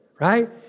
Right